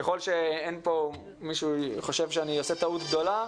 ככול שאין פה מישהו שחושב שאני עושה טעות גדולה,